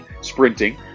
sprinting